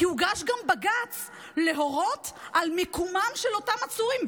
כי הוגש גם בג"ץ להורות על מיקומם של אותם עצורים,